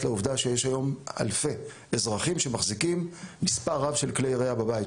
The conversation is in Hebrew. לעובדה שיש היום אלפי אזרחים שמחזיקים מספר רב של כלי ירייה בבית,